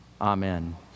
amen